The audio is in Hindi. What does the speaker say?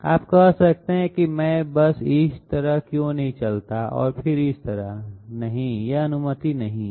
आप कह सकते हैं मैं बस इस तरह क्यों नहीं चलता और फिर इस तरह नहीं यह अनुमति नहीं है